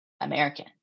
American